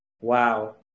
Wow